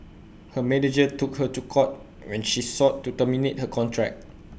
her manager took her to court when she sought to terminate her contract